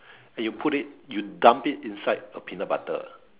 and you put it you dump it inside a peanut butter